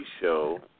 show